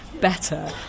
better